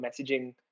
messaging